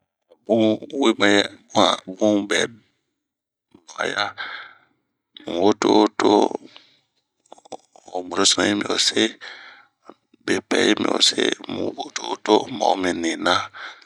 ah abun!! bun bɛ nuaya ,mubwe to'owo to'o, ho ɲirosunu yi mi osee be pɛɛ yi mi'o se mu we to'o wo to'o to o ma'oh mi nina.